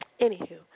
Anywho